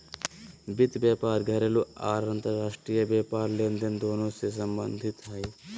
वित्त व्यापार घरेलू आर अंतर्राष्ट्रीय व्यापार लेनदेन दोनों से संबंधित हइ